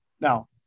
Now